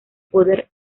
poder